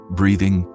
breathing